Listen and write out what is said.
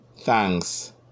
thanks